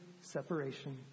separation